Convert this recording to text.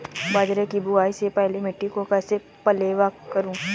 बाजरे की बुआई से पहले मिट्टी को कैसे पलेवा करूं?